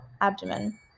abdomen